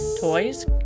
toys